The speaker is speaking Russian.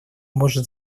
может